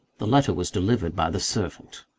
the letter was delivered by the servant.